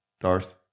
Darth